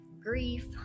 grief